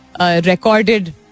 recorded